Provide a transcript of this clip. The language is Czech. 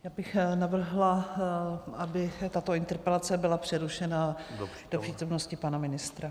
Já bych navrhla, aby tato interpelace byla přerušena do přítomnosti pana ministra.